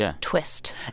twist